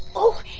oh,